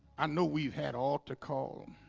i know we've had altar call. and